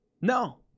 No